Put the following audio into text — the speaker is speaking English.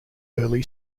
early